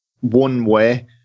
one-way